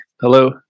Hello